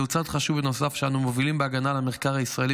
זהו צעד חשוב ונוסף שאנו מובילים בהגנה על המחקר הישראלי,